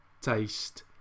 taste